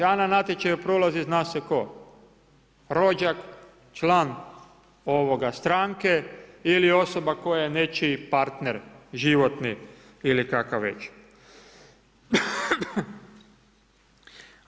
A na natječaju prolazi, zna se tko, rođak, član, ovoga stranke ili osoba koja je nečiji partner životni ili kakav već.